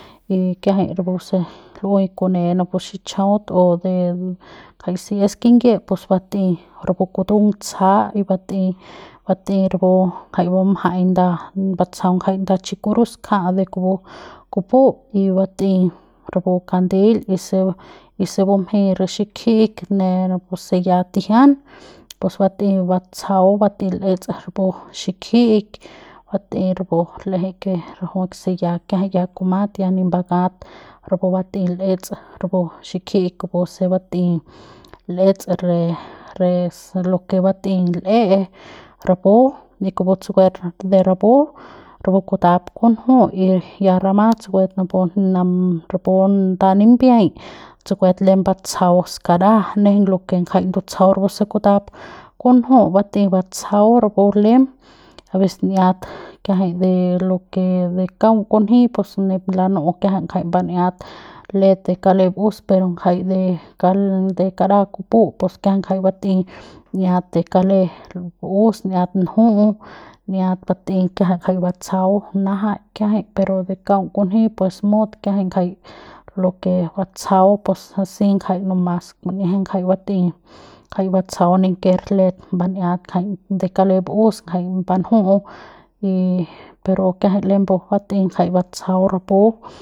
Y kiajay rapuse lu'uey kune napu xichajaut o jay se es kinyiep pus bat'ey rapu ktung ntsajat bat'ey bat'ey ra jay bumjay nda batsajau jay nda chi cruz kja de kupu kupu'u y bat'ey rapu kandel y se y se bumjey ne xikjik de napuse ya tijian pus bat'ey batsajau bat'ey l'ets rapu xikjik bat'ey rapu l'eje que rajuik se kiajay ya kumat ya nip mbakat rapu bat'ey l'ets rapu xikjik kupu se bat'ey l'ets re re lo que bat'ey l'e rapu y kupu tsukuet de rapu rapu kutap kunju y ya rama tsukuet rapu nda nimbiay tsukuet lem batsajau skaraja nejeiñ lo que jay ndutsajau puse kuta kunju bat'ey batsajau rapu lem abeces n'iat kiajay de lo que kaung kunji pus nip lanu'u kiaja ngajay mban'iat let de kale b'us pero ngajay de kara kupu pus kiajay ngajay bat'ey n'iat de kale b'us n'iat nju'u n'iat kiajay bat'ey jay batsajau najaik kiajay pero de kaung kunji pus mut kiajay lo que batsajau pos a si kjay no mas ngajay bat'ey ngajay batsajau ninker let mban'iat kjay de cale ba'us ngajay banju y pero kiajay lembu bat'ey kjay batsajau rapu.